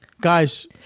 Guys